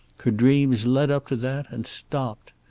her dreams led up to that and stopped.